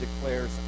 declares